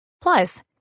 Plus